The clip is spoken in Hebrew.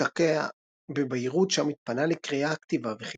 השתקע בביירות שם התפנה לקריאה כתיבה וחיבור.